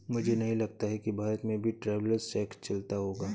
मुझे नहीं लगता कि भारत में भी ट्रैवलर्स चेक चलता होगा